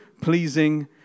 pleasing